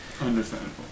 Understandable